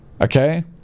okay